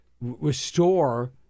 restore